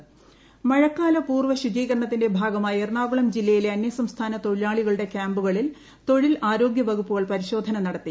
മഴക്കാല ശുചീകരണ്ട്എറണാകുളം മഴക്കാല പൂർവ്വ ശുചീകരണത്തിന്റെ ഭാഗമായി എറണാകുളം ജില്ലയിലെ അന്യസംസ്ഥാന തൊഴിലാളികളുടെ ക്യാമ്പുകളിൽ തൊഴിൽ ആരോഗ്യ വകുപ്പുകൾ പരിശോധന നടത്തി